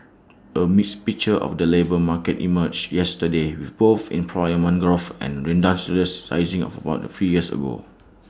A mixed picture of the labour market emerged yesterday with both employment growth and redundancies rising of about A few years ago